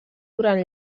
durant